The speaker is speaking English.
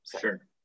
Sure